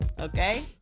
Okay